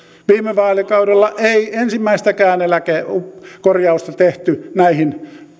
viime vaalikaudella ei ensimmäistäkään eläkekorjausta tehty näihin